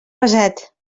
pesat